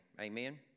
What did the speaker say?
amen